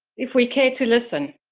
if we care to listen.